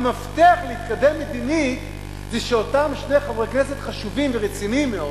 המפתח להתקדם מדינית זה שאותם שני חברי כנסת חשובים ורציניים מאוד